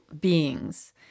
beings